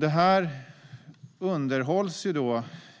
Detta underhålls